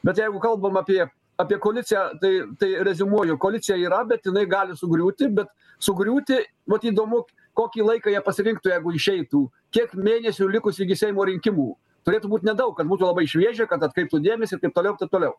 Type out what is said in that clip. bet jeigu kalbam apie apie koaliciją tai tai reziumuoju koalicija yra bet jinai gali sugriūti bet sugriūti vat įdomu kokį laiką jie pasirinktų jeigu išeitų kiek mėnesių likus iki seimo rinkimų turėtų būt nedaug kad būtų labai šviežia kad atkreiptų dėmesį ir taip toliau ir taip toliau